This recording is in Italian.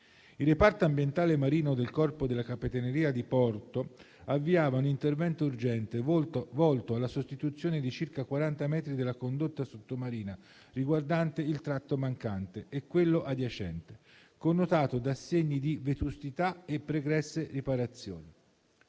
Il Reparto ambientale marino del Corpo della Capitaneria di porto avviava un intervento urgente volto alla sostituzione di circa 40 metri della condotta sottomarina riguardante il tratto mancante e quello adiacente, connotato da segni di vetustà e pregresse riparazioni.